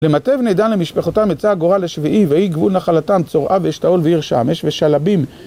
למטה בני דן למשפחותם יצא הגורל השביעי ויהי גבול נחלתם צרעה ואשתאול ועיר שמש ושעלבין